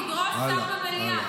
תדרוש שר במליאה.